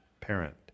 parent